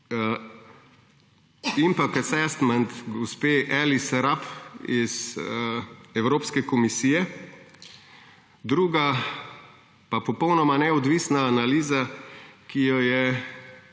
Impact Assessment Alice Rap, Evropske komisije, druga pa popolnoma neodvisna analiza, ki jo je